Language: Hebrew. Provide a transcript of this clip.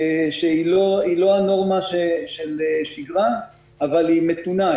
שהיא לא הנורמה של שגרה, אבל היא מתונה.